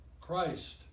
Christ